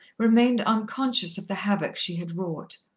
remained unconscious of the havoc she had wrought.